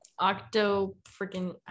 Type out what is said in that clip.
Octo-freaking